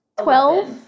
Twelve